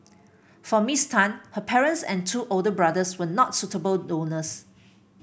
for Miss Tan her parents and two older brothers were not suitable donors